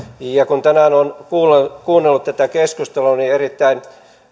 kun tänään olen kuunnellut tätä keskustelua niin erittäin